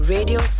Radio